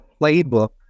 playbook